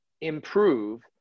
improve